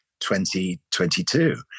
2022